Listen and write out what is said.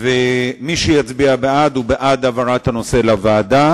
מי שיצביע בעד, הוא בעד העברת הנושא לוועדה.